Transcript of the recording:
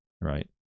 Right